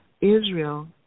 Israel